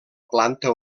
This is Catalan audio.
planta